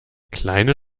kleine